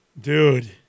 Dude